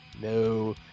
No